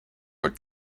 but